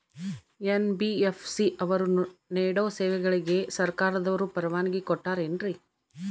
NBFC ಅವರು ನೇಡೋ ಸೇವೆಗಳಿಗೆ ಸರ್ಕಾರದವರು ಪರವಾನಗಿ ಕೊಟ್ಟಾರೇನ್ರಿ?